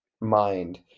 mind